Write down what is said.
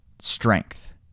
strength